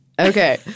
Okay